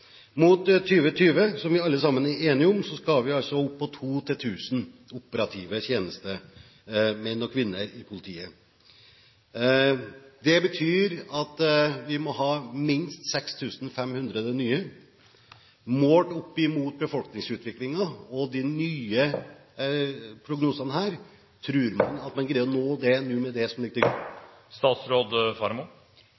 Som vi alle er enige om, skal vi mot 2020 opp på to operative tjenestemenn og -kvinner i politiet per 1 000 innbyggere. Det betyr at vi må ha minst 6 500 nye. Målt opp mot befolkningsutviklingen og de nye prognosene her: Tror man at man greier å nå det med det som ligger til grunn?